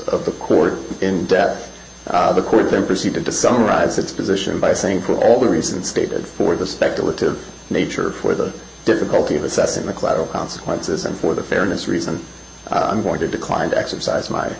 of the court in debt the court then proceeded to summarize its position by saying quote all the reasons stated for the speculative nature for the difficulty of assessing the collateral consequences and for the fairness reason i'm going to decline to exercise my